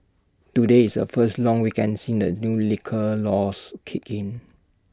today is A first long weekend since the new liquor laws kicked in